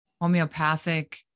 homeopathic